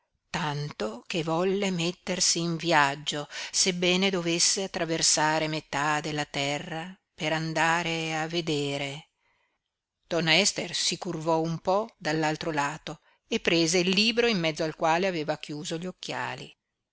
tanto che volle mettersi in viaggio sebbene dovesse attraversare metà della terra per andare a vedere donna ester si curvò un po dall'altro lato e prese il libro in mezzo al quale aveva chiuso gli occhiali